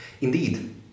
Indeed